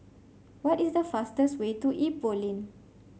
what is the fastest way to Ipoh Lane